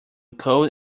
cold